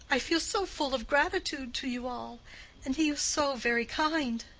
i feel so full of gratitude to you all and he was so very kind.